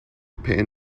pan